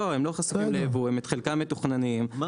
לא, הם לא חשופים לייבוא, חלקם מתוכננים.